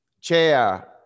chair